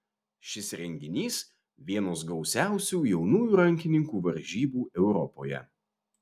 šis renginys vienos gausiausių jaunųjų rankininkų varžybų europoje